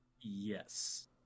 Yes